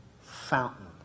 fountain